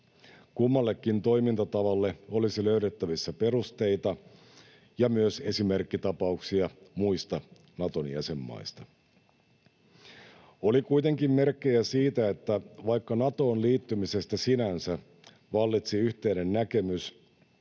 Kummallekin toimintatavalle olisi löydettävissä perusteita ja myös esimerkkitapauksia muista Naton jäsenmaista. Oli kuitenkin merkkejä siitä, että vaikka Natoon liittymisestä sinänsä vallitsi yhteinen näkemys,